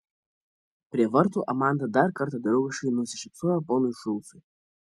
prie vartų amanda dar kartą draugiškai nusišypsojo ponui šulcui